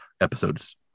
episodes